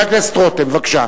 חבר הכנסת רותם, בבקשה.